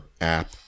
app